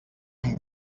amb